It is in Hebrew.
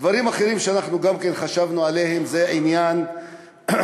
דברים אחרים שאנחנו גם כן חשבנו עליהם הם למשל בעניין הסוכרת.